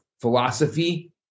philosophy